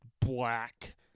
black